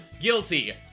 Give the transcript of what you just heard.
guilty